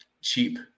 cheap